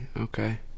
okay